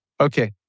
Okay